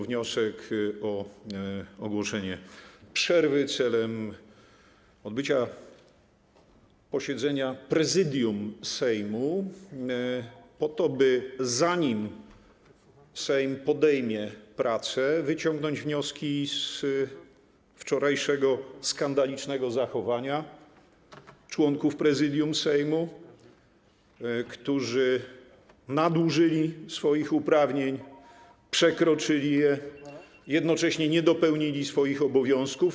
Wniosek o ogłoszenie przerwy celem odbycia posiedzenia Prezydium Sejmu, by zanim Sejm podejmie pracę, wyciągnąć wnioski z wczorajszego skandalicznego zachowania członków Prezydium Sejmu, którzy nadużyli swoich uprawnień, przekroczyli je, jednocześnie nie dopełnili swoich obowiązków.